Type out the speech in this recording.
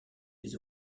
des